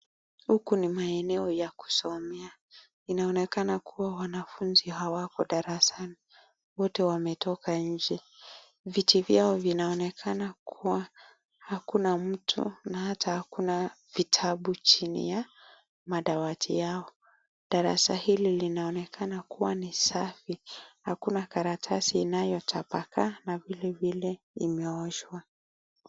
Huku ni maeneo ya kusomea. Inaonekana kuwa wanafunzi hawako darasani . Wote wametoka nje . Vitu vyao vinaonekana hakuna mtu na hata hakuna vitabu chani ya dawati lao. Darasa hili linaonekana kuwa ni safi . Hakuna karatasi inayoo tabakaa na vilevile imeoshwa.